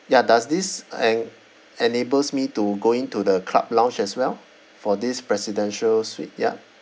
ya does this en~ enables me to go in to the club lounge as well for this presidential suite ya